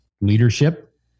leadership